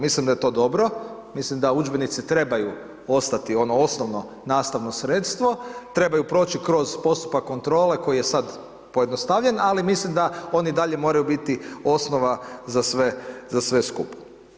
Mislim da je to dobro, mislim da udžbenici trebaju ostati ono osnovno nastavno sredstvo, trebaju proći kroz postupak kontrole koji je sad pojednostavljen, ali mislim da oni i dalje moraju biti osnova za sve skupa.